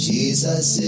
Jesus